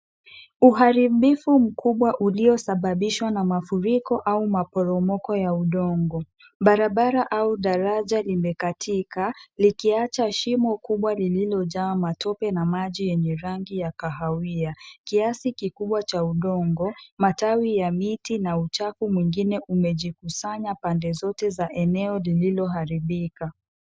Uharibifu mkubwa uliosababishwa na mafuriko au maporomoko ya udongo. Barabara au daraja limekatika likiacha shimo kubwa lililojaa matope na maji yenye rangi ya kahawia. Kiasi kikubwa cha udongo, matawi ya miti na uchafu mwingine umejikusanya pande zote za eneo lililoharibika.